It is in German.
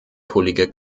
kollege